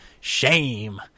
shame